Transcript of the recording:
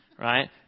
right